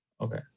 Okay